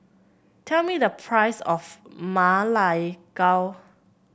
tell me the price of Ma Lai Gao